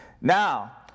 Now